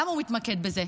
למה הוא מתמקד בזה?